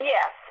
Yes